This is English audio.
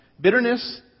Bitterness